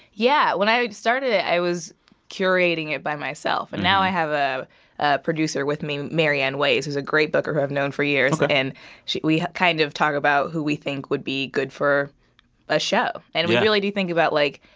yeah. when i started it, i was curating it by myself. and now i have ah a producer with me marianne ways, who's a great booker, who i've known for years ok and she we kind of talk about who we think would be good for a show. and. yeah. we really do think about, like,